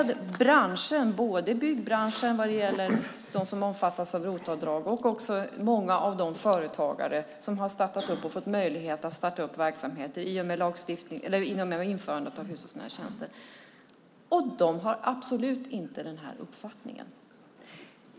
Det gäller byggbranschen som omfattas av ROT-avdrag och också många av de företagare som har fått möjlighet att starta verksamheter i och med införandet av hushållsnära tjänster. De har absolut inte den uppfattningen.